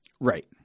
Right